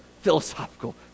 philosophical